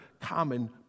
common